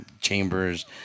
chambers